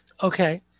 Okay